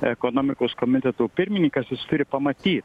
ekonomikos komiteto pirmininkas jis turi pamatyt